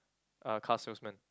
a car salesman